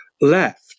left